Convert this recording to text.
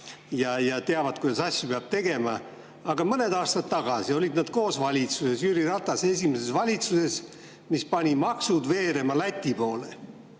ja teavad, kuidas asju peab tegema. Aga mõned aastad tagasi olid nad koos valitsuses, Jüri Ratase esimeses valitsuses, mis pani maksud veerema Läti poole.